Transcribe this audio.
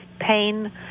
pain